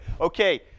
Okay